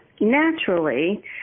naturally